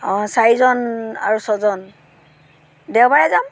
অঁ চাৰিজন আৰু ছয়জন দেওবাৰে যাম